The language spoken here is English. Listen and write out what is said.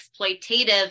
exploitative